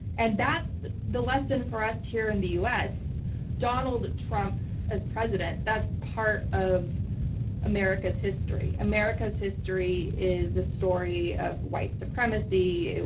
and that's the lesson for us here in the u. s, with donald trump as president. that's part of america's history. america's history is a story of white supremacy.